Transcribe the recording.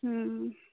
हुँ